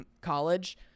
college